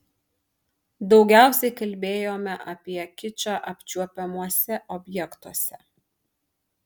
daugiausiai kalbėjome apie kičą apčiuopiamuose objektuose